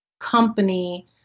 company